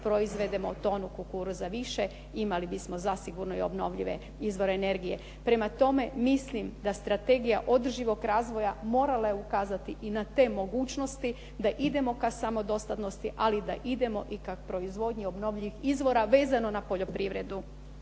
proizvedemo tonu kukuruza više imali bismo zasigurno i obnovljive izvore energije. Prema tome, mislim da Strategija održivog razvoja morala je ukazati i na te mogućnosti da idemo ka samodostatnosti, ali da idemo i ka proizvodnji obnovljivih izvora, vezano na poljoprivredu.